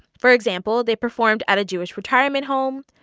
for example, they performed at a jewish retirement home.